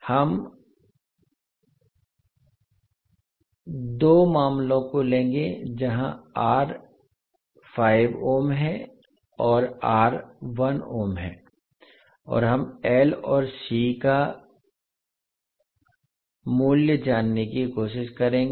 हम 2 मामलों को लेंगे जहां R 5 ओम है और R 1 ओम है और हम L और C का वैल्यू जानने की कोशिश करेंगे